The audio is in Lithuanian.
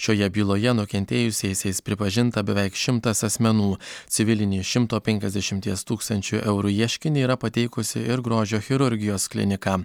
šioje byloje nukentėjusiaisiais pripažinta beveik šimtas asmenų civilinį šimto penkiasdešimties tūkstančių eurų ieškinį yra pateikusi ir grožio chirurgijos klinika